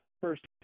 first